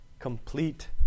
Complete